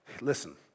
listen